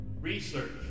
Research